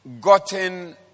gotten